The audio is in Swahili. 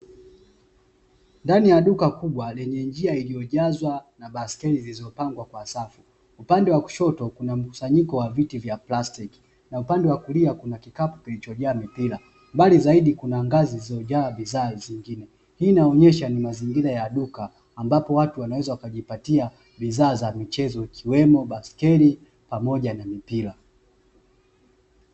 Ndani ya duka kubwa lenye njia iliyojazwa na baskeli zilizopangwa kwa safu. Upande wa kushoto kuna mkusanyiko wa viti vya plastiki, na upande wa kulia kuna kikapu kilichojaa mipira; mbali zaidi kuna ngazi zilizojaa bidhaa zingine. Hii inaonyesha ni mazingira ya duka ambapo watu wanaweza kujipatia bidhaa za michezo, ikiwemo baiskeli pamoja na mipira.